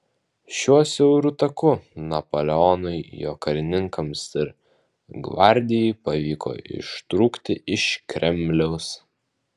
šiuo siauru taku napoleonui jo karininkams ir gvardijai pavyko ištrūkti iš kremliaus